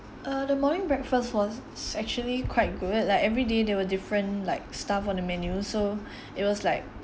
uh the morning breakfast was actually quite good like every day there were different like stuff on the menu so it was like